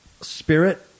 spirit